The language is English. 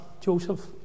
Joseph